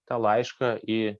tą laišką į